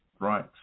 right